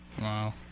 Wow